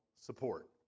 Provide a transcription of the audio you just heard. support